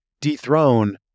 dethrone